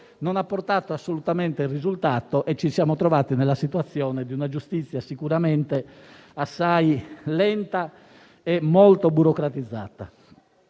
non ha portato assolutamente al risultato, facendoci trovare nella situazione di una giustizia assai lenta e molto burocratizzata.